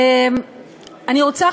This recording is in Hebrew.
אני רוצה,